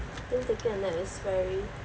I think taking a nap is very